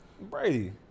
Brady